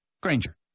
Granger